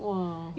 !wah!